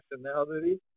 nationality